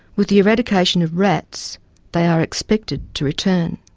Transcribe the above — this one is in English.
with the eradication of rats they are expected to return.